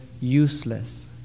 useless